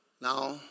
Now